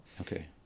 okay